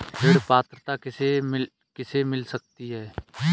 ऋण पात्रता किसे किसे मिल सकती है?